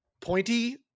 Pointy